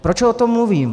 Proč o tom mluvím?